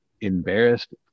embarrassed